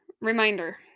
reminder